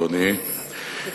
אדוני,